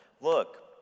look